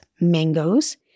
Mangoes